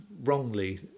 wrongly